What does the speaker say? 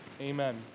Amen